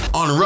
on